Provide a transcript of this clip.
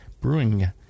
brewing